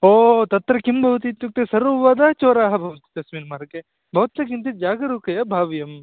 ओ तत्र किं भवति इत्युक्ते सर्वदा चोराः भवन्ति तस्मिन् मार्गे भवत्या किञ्चित् जागरूकतया भाव्यं